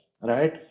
right